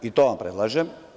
I to vam predlažem.